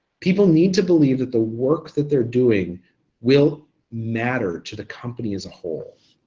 people need to believe that the work that they're doing will matter to the company as a whole.